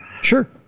Sure